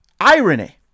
Irony